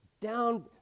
down